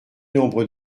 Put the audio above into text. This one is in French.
nombre